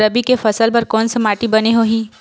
रबी के फसल बर कोन से माटी बने होही?